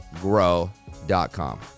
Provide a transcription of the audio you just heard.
grow.com